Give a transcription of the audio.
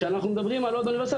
כשאנחנו מדברים על אוניברסיטה,